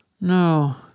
No